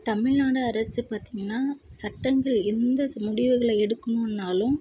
தமிழ்நாடு அரசு பார்த்தீங்கன்னா சட்டங்கள் எந்த முடிவுகளை எடுக்கும் முன்னாலும்